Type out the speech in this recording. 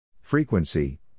Frequency